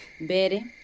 Betty